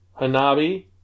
Hanabi